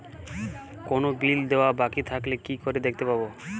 কোনো বিল দেওয়া বাকী থাকলে কি করে দেখতে পাবো?